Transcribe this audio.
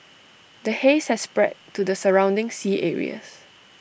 the haze has spread to the surrounding sea areas